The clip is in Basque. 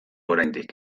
oraindik